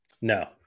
No